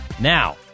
Now